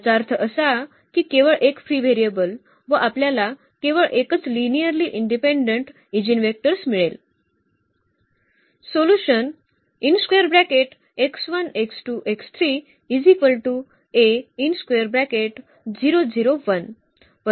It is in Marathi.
याचा अर्थ असा की केवळ एक फ्री व्हेरिएबल व आपल्याला केवळ एकच लिनिअर्ली इंडिपेंडेंट ईजीनवेक्टर्स मिळेल